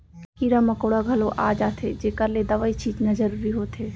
कीरा मकोड़ा घलौ आ जाथें जेकर ले दवई छींचना जरूरी होथे